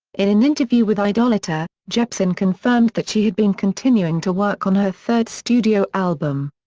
in an interview with idolator, jepsen confirmed that she has been continuing to work on her third studio album.